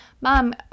Mom